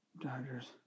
Dodgers